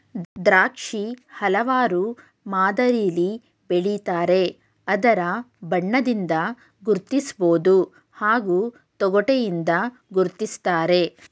ದ್ರಾಕ್ಷಿ ಹಲವಾರು ಮಾದರಿಲಿ ಬೆಳಿತಾರೆ ಅದರ ಬಣ್ಣದಿಂದ ಗುರ್ತಿಸ್ಬೋದು ಹಾಗೂ ತೊಗಟೆಯಿಂದ ಗುರ್ತಿಸ್ತಾರೆ